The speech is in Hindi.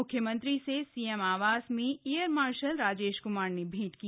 मुख्यमंत्री से सीएम आवास में एयर मार्शल राजेश क्मार ने भेंट की